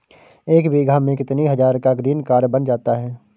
एक बीघा में कितनी हज़ार का ग्रीनकार्ड बन जाता है?